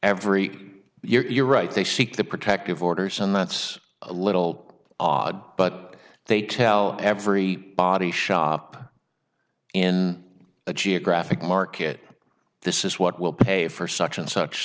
every you're right they seek the protective orders and that's a little odd but they tell every body shop in a geographic market this is what will pay for such and such